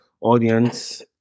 audience